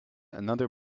another